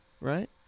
Right